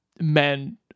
Men